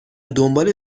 دنبال